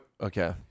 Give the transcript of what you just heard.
Okay